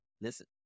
Listen